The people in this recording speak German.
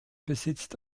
besitzt